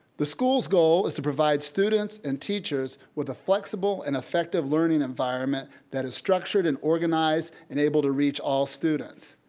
the school's goal is to provide students and teachers with a flexible and effective learning environment that is structured and organized and able to reach all students.